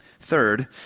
Third